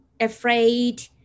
afraid